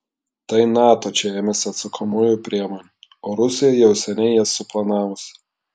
tai nato čia ėmėsi atsakomųjų priemonių o rusija jau seniai jas suplanavusi